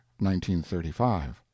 1935